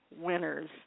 winners